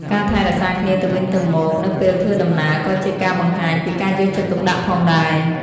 ការថែរក្សាគ្នាទៅវិញទៅមកនៅពេលធ្វើដំណើរក៏ជាការបង្ហាញពីការយកចិត្តទុកដាក់ផងដែរ។